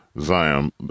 zion